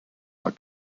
are